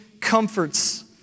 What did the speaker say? comforts